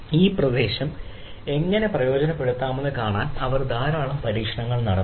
ഈ പ്രദേശം എങ്ങനെ പ്രയോജനപ്പെടുത്താമെന്ന് കാണാൻ അവർ ധാരാളം പരീക്ഷണങ്ങൾ നടത്തി